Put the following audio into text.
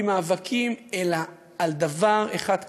בלי מאבקים אלא על דבר אחד קטן,